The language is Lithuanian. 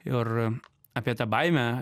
ir apie tą baimę